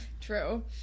True